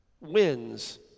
wins